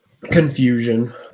confusion